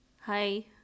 hi